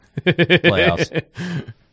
playoffs